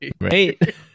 right